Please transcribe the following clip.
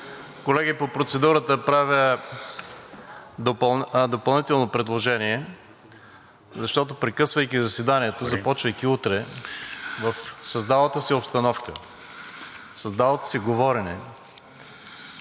Колеги, по процедурата правя допълнително предложение, защото, прекъсвайки заседанието, започвайки утре, в създалата се обстановка, създалото се говорене